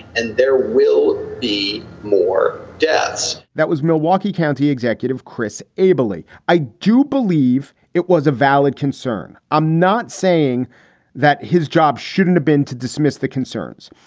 and there will be more deaths that was milwaukee county executive chris ably. i do believe it was a valid concern. i'm not saying that his job shouldn't have been to dismiss the concerns,